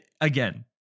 Again